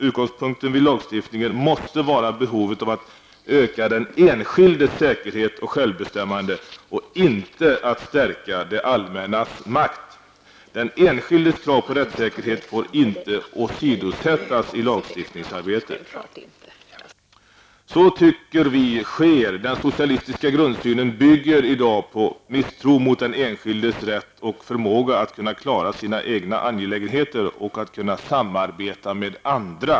Utgångspunkten vid lagstiftning måste vara behovet av att öka den enskildes säkerhet och självbestämmande och inte att stärka det allmännas makt. Den enskildes krav på rättssäkerhet får inte åsidosättas i lagstiftningsarbetet. Vi tycker att så sker. Den socialistiska grundsynen bygger i dag på misstro mot den enskildes rätt och förmåga att kunna klara sina egna angelägenheter och kunna samarbeta med andra.